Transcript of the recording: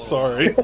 Sorry